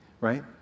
right